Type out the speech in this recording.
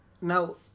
Now